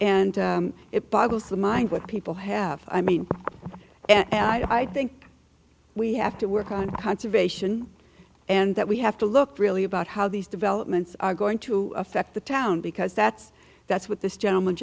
and it boggles the mind what people have i mean and i think we have to work on conservation and that we have to look really about how these developments are going to affect the town because that's that's what this gentleman